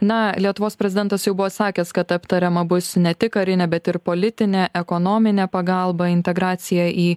na lietuvos prezidentas jau buvo sakęs kad aptariama bus ne tik karinė bet ir politinė ekonominė pagalba integracija į